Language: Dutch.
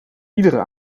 iedere